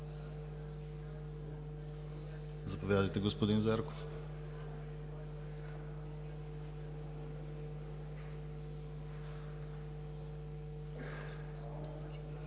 Заповядайте, господин Зарков.